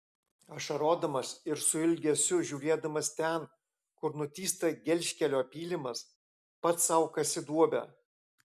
ašarodamas ir su ilgesiu žiūrėdamas ten kur nutįsta gelžkelio pylimas pats sau kasi duobę